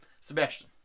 sebastian